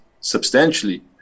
substantially